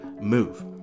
move